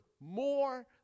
more